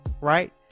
right